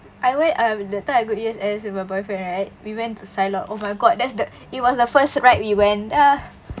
I went um that time I go U_S_S with my boyfriend right we went to cyclops oh my god that's the it was the first ride we went ah